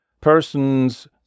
persons